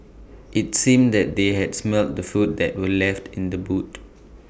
IT seemed that they had smelt the food that were left in the boot